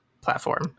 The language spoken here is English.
platform